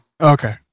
Okay